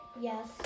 Yes